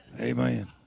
Amen